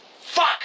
Fuck